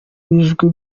w’ijwi